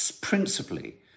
principally